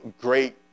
great